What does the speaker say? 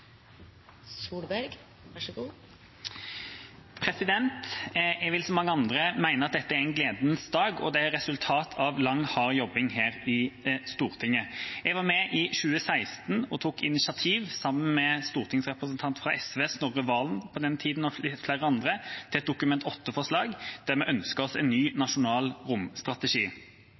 en gledens dag, og det er et resultat av lang, hard jobbing her i Stortinget. Jeg var i 2016 med og tok initiativ, sammen med stortingsrepresentant fra SV på den tida, Snorre Serigstad Valen, og flere andre, til et Dokument 8-forslag der vi ønsket oss en ny, nasjonal romstrategi.